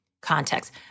context